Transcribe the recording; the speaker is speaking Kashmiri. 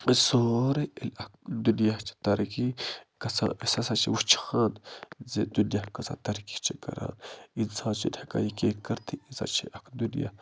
یہِ سورٕے ییٚلہِ اکھ دُنیا چھِ ترقی گژھان أسۍ ہسا چھِ وٕچھان زِ دُنیا کۭژاہ ترقی چھِ کران اِنسان چھِنہٕ ہٮ۪کان یہِ کیٚنہہ کٔرِتھٕے یہ ہسا چھِ اکھ دُنیا